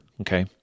okay